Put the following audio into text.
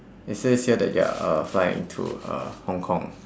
it says here that you're uh flying to uh hong kong